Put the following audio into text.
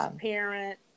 parent